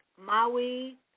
Maui